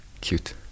cute